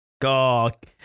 God